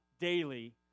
daily